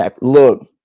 Look